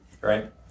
right